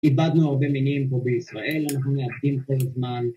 ‫איבדנו הרבה מינים פה בישראל, ‫אנחנו נעשים כל הזמן.